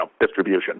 distribution